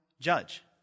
judge